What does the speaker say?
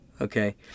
Okay